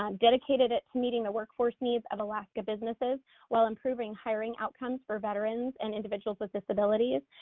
um dedicated it to meeting the workforce needs of alaska businesses while improving hiring outcomes for veterans and individuals with disabilities.